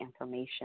information